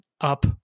up